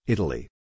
Italy